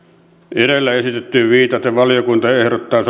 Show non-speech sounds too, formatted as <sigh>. edellä esitettyyn viitaten valiokunta ehdottaa <unintelligible>